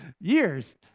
years